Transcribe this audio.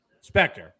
Spectre